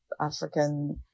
African